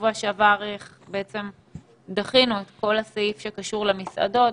בשבוע שעבר דחינו את כל הסעיף שקשור במסעדות,